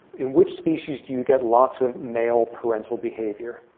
in which species do you get lots of male parental behavior?